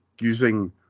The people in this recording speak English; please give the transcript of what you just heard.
using